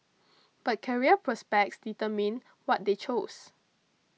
but career prospects determined what they chose